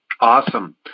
Awesome